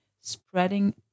spreading